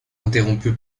interrompu